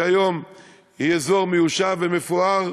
שהיום היא אזור מיושב ומפואר,